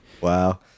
wow